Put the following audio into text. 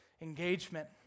engagement